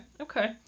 okay